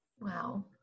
Wow